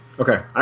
Okay